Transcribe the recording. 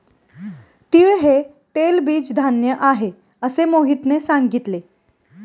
तीळ हे तेलबीज धान्य आहे, असे मोहितने सांगितले